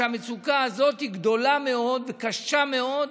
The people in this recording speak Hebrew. כשהמצוקה הזאת היא גדולה מאוד וקשה מאוד.